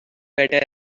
better